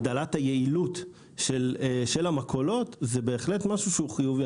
הגדלת היעילות של המכולות זה בהחלט משהו שהוא חיובי,